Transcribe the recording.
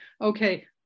okay